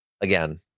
again